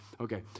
Okay